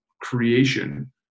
creation